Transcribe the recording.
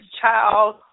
child